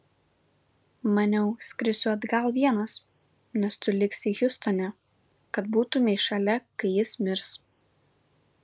maniau skrisiu atgal vienas nes tu liksi hjustone kad būtumei šalia kai jis mirs